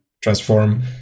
transform